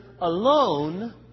alone